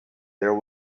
there